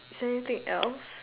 is there anything else